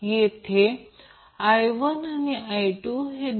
तर ही RL आहे जी एक इंडक्टिव ब्रांच आहे आणि ही एक कॅपेसिटिव्ह ब्रांच आहे